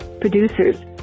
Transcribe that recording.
Producers